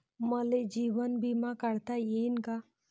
मले जीवन बिमा काढता येईन का?